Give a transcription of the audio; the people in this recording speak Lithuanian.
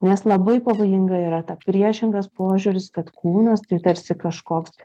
nes labai pavojinga yra ta priešingas požiūris kad kūnas tai tarsi kažkoks